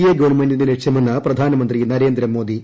A ഗവൺമെന്റിന്റെ ലക്ഷ്യമെന്ന് പ്രധാനമന്ത്രി നരേന്ദ്രമോദി